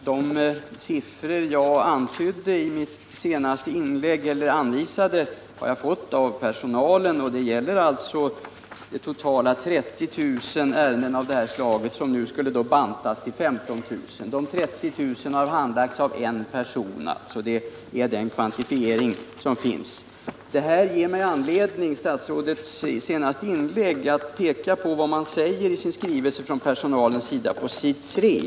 Herr talman! De siffror som jag nämnde i mitt senaste inlägg har jag fått av personalen. Det gäller alltså totalt 30 000 ärenden av det här slaget. Antalet skulle sedan minskas till 15 000. De 30 000 ärendena har alltså handlagts av en person. Det är de uppgifter som finns. Statsrådets senaste inlägg ger mig anledning att tala om vad personalen säger i sin skrivelse på s. 3.